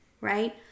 Right